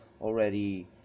already